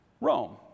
Rome